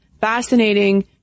fascinating